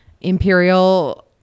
imperial